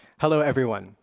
hello everyone,